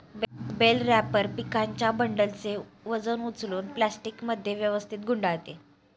bell wrapper पिकांच्या बंडलचे वजन उचलून प्लास्टिकमध्ये व्यवस्थित गुंडाळते